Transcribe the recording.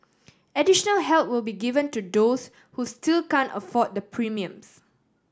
additional help will be given to those who still can afford the premiums